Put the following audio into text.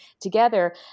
together